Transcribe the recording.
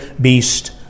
beast